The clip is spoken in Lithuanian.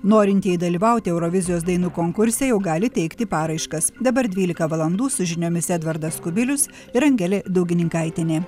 norintieji dalyvauti eurovizijos dainų konkurse jau gali teikti paraiškas dabar dvylika valandų su žiniomis edvardas kubilius ir angelė daugininkaitienė